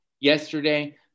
yesterday